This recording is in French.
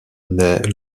naît